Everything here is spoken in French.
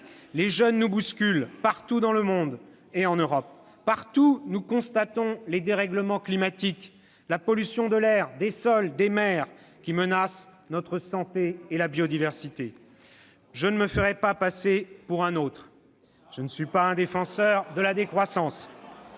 Les jeunes nous bousculent, partout dans le monde et en Europe. Partout, nous constatons les dérèglements climatiques, la pollution de l'air, des sols et des mers qui menacent notre santé et la biodiversité. « Je ne me ferai pas passer pour un autre : je ne suis pas un défenseur de la décroissance.